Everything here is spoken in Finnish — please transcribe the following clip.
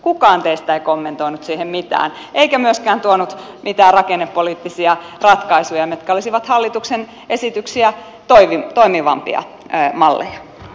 kukaan teistä ei kommentoinut siihen mitään eikä myöskään tuonut mitään rakennepoliittisia ratkaisuja mitkä olisivat hallituksen esityksiä toimivampia malleja